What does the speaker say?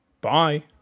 bye